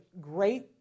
great